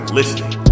listening